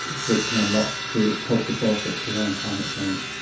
that can unlock the cultural politics around climate change.